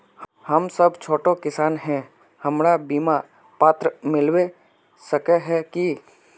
हम सब छोटो किसान है हमरा बिमा पात्र मिलबे सके है की?